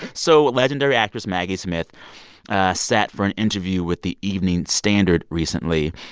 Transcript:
so legendary actress maggie smith sat for an interview with the evening standard recently.